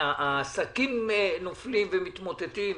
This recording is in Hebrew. עסקים נופלים ומתמוטטים.